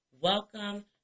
welcome